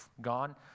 gone